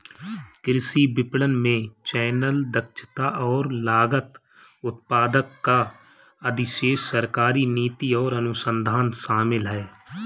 कृषि विपणन में चैनल, दक्षता और लागत, उत्पादक का अधिशेष, सरकारी नीति और अनुसंधान शामिल हैं